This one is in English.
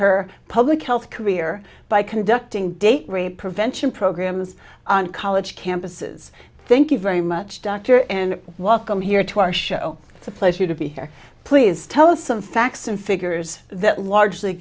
her public health career by conducting date rape prevention programs on college campuses thank you very much dr and welcome here to our show it's a pleasure to be here please tell us some facts and figures that largely